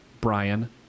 Brian